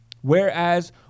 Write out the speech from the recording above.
whereas